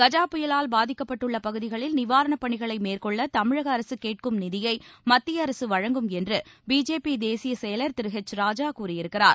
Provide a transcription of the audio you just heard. கஜா புயலால் பாதிக்கப்பட்டுள்ள பகுதிகளில் நிவாரணப் பணிகளை மேற்கொள்ள தமிழக அரசு கேட்கும் நிதியை மத்திய அரசு வழங்கும் என்று பிஜேபி தேசிய செயலர் திரு எச் ராஜா கூறியிருக்கிறார்